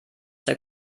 der